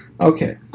Okay